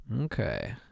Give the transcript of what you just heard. Okay